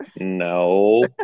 No